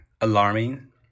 alarming